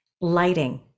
lighting